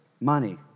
money